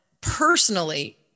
personally